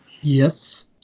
yes